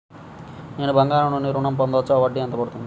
నేను బంగారం నుండి ఋణం పొందవచ్చా? వడ్డీ ఎంత పడుతుంది?